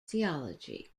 theology